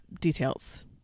details